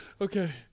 Okay